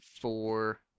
four